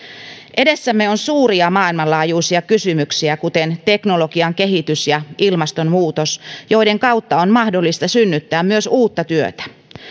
edessämme on suuria maailmanlaajuisia kysymyksiä kuten teknologian kehitys ja ilmastonmuutos joiden kautta on mahdollista synnyttää myös uutta työtä